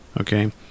Okay